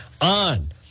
on